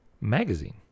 magazine